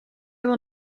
will